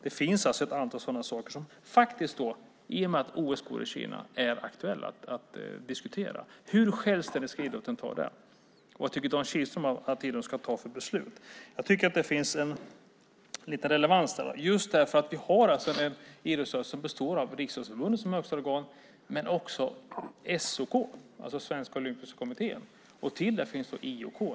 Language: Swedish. Det finns ett antal sådana saker som faktiskt, i och med att OS går i Kina, är aktuella att diskutera. Hur självständigt ska idrotten ta i det? Och vad tycker Dan Kihlström att idrotten ska ta för beslut? Jag tycker att det finns en liten relevans. Vi har ju en idrottsrörelse som har Riksidrottsförbundet som högsta organ, men där finns också SOK, alltså Sveriges olympiska kommitté, och till det finns IOK.